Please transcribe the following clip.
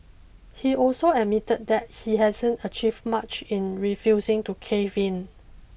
he also admitted that he hasn't achieved much in refusing to cave in